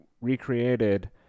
recreated